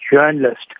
journalist